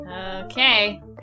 Okay